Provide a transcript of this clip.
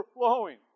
overflowing